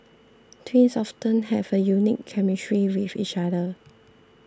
twins often have a unique chemistry with each other